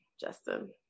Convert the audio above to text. Justin